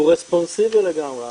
הוא רספונסיבי לגמרי,